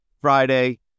Friday